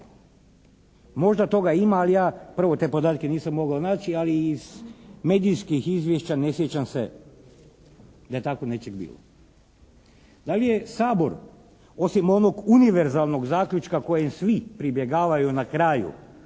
Možda toga ima, ali ja prvo te podatke nisam mogao naći, ali iz medijskih izvješća ne sjećam se da je takvog nečeg bilo. Da li je Sabor osim onog univerzalnog zaključka kojem svi pribjegavaju na kraju